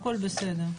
הכול בסדר.